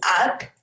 up